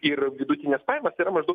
ir vidutines pajamas yra maždaug